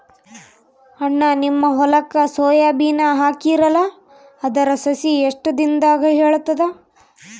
ಅಣ್ಣಾ, ನಿಮ್ಮ ಹೊಲಕ್ಕ ಸೋಯ ಬೀನ ಹಾಕೀರಲಾ, ಅದರ ಸಸಿ ಎಷ್ಟ ದಿಂದಾಗ ಏಳತದ?